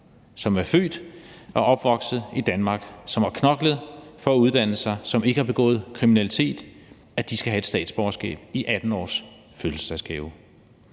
som er født og opvokset i Danmark, som har knoklet for at uddanne sig, og som ikke har begået kriminalitet, skal have et statsborgerskab i 18-årsfødselsdagsgave.